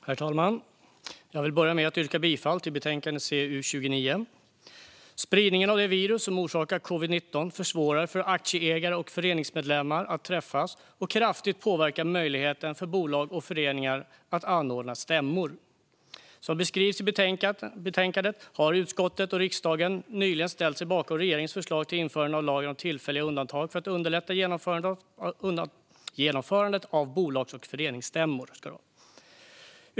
Herr talman! Jag vill börja med att yrka bifall till utskottets förslag i betänkande CU29. Spridningen av det virus som orsakar covid-19 försvårar för aktieägare och föreningsmedlemmar att träffas och påverkar kraftigt möjligheten för bolag och föreningar att anordna stämmor. Som beskrivs i betänkandet har utskottet och riksdagen nyligen ställt sig bakom regeringens förslag om införande av lagen om tillfälliga undantag för att underlätta genomförandet av bolags och föreningsstämmor.